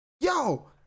Yo